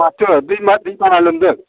माथो दैमा दै बाना लोमदों